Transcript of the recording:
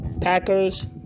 packers